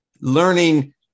learning